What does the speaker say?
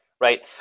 right